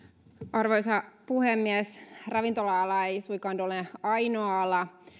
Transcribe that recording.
arvoisa puhemies ravintola ala ei suinkaan ole ainoa ala